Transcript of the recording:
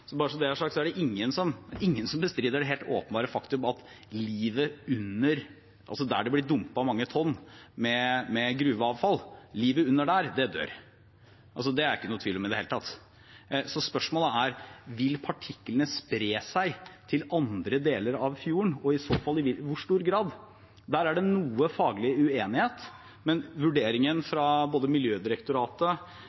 så det er sagt, er det ingen som bestrider det helt åpenbare faktum at livet under steder der det blir dumpet mange tonn med gruveavfall, dør. Det er det ingen tvil om i det hele tatt. Spørsmålet er: Vil partiklene spre seg til andre deler av fjorden, og i så fall i hvor stor grad? Der er det noe faglig uenighet, men vurderingen